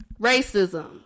Racism